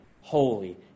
holy